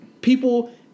people